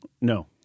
No